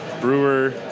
brewer